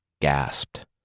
gasped